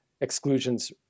exclusions